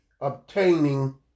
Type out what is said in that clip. obtaining